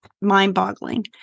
mind-boggling